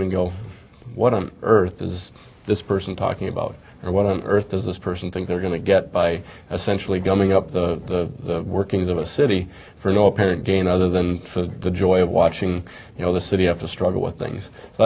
and go what on earth is this person talking about and what on earth does this person think they're going to get by essentially gumming up the workings of a city for no apparent gain other than the joy of watching you know the city have to struggle with things